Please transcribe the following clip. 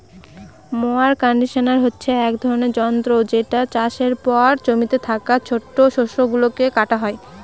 mower conditioner হচ্ছে এক ধরনের যন্ত্র যেটা চাষের পর জমিতে থাকা ছোট শস্য গুলোকে কাটা হয়